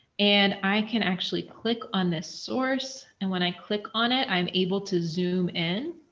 and i can actually click on this source. and when i click on it, i'm able to zoom in